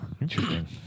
Interesting